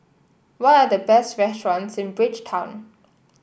what are the best restaurants in Bridgetown